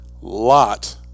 lot